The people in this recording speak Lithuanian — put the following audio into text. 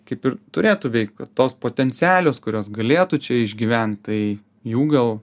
kaip ir turėtų veikt tos potencialios kurios galėtų čia išgyvent tai jų gal